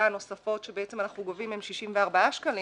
הנוספות שאנחנו גובים הן 64 שקלים.